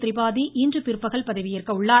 திரிபாதி இன்று பிற்பகல் பதவியேற்க உள்ளார்